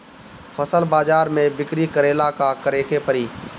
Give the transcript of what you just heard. फसल बाजार मे बिक्री करेला का करेके परी?